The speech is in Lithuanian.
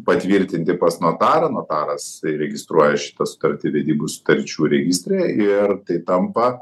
patvirtinti pas notarą notaras registruoja šitą sutartį vedybų sutarčių registre ir tai tampa